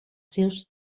seus